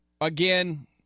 Again